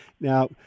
Now